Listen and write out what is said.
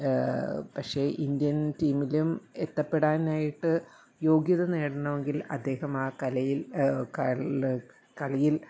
പക്ഷേ ഇന്ത്യൻ ടീമിലും എത്തപ്പെടാനായിട്ട് യോഗ്യത നേടണമെങ്കിൽ അദ്ദേഹം ആ കലയിൽ ആ കളിയിൽ